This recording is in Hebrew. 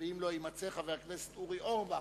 אם הוא לא יימצא, חבר הכנסת אורי אורבך,